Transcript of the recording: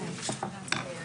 הישיבה ננעלה בשעה